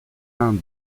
inde